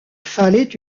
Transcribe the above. fallait